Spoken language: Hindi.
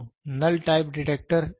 तो नल टाइप डिटेक्टर